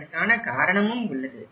அதற்கான காரணமும் உள்ளது